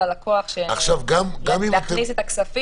שאנחנו יכולים לתת ללקוח להכניס את הכספים.